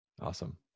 Awesome